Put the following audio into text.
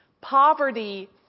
Poverty